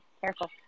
careful